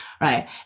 right